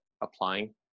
applying